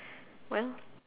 well